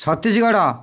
Chhattisgarh